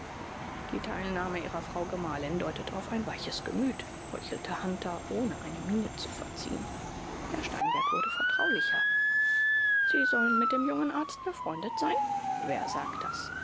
die teilnahme ihrer frau gemahlin deutet auf ein weiches gemüt heuchelte hunter ohne eine miene zu verziehen herr steinberg wurde vertraulicher sie sollen mit dem jungen arzt befreundet sein wer sagt das